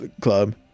club